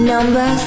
Number